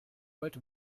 wollt